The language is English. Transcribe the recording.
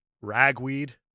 ragweed